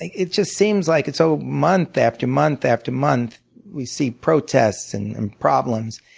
it just seems like it's so month after month after month we see protests and problems.